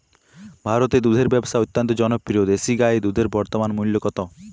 ভারতে দুধের ব্যাবসা অত্যন্ত জনপ্রিয় দেশি গাই দুধের বর্তমান মূল্য কত?